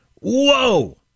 whoa